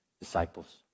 disciples